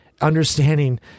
understanding